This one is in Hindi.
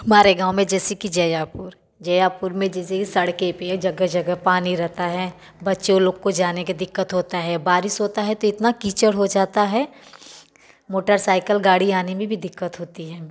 हमारे गाँव में जैसे की जयापुर जयापुर में जैसे कि सड़कों पर जगह जगह पानी रहता है बच्चे लोग को जाने के दिक्कत होता है बारिश होता है तो इतना कीचड़ हो जाता है मोटर साइकल गाड़ी आने में भी दिक्कत होती है